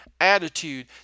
attitude